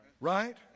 Right